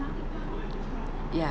ya